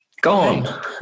gone